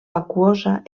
aquosa